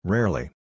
Rarely